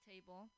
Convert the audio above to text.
table